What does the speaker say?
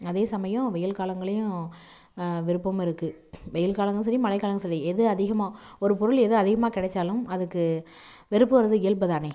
அதே சமயம் வெயில் காலங்களையும் விருப்பமும் இருக்குது வெயில் காலங்களும் சரி மழைக் காலங்களும் சரி எது அதிகமாக ஒரு பொருள் எது அதிகமாக கிடைச்சாலும் அதுக்கு வெறுப்பு வரது இயல்பு தானே